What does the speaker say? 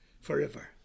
forever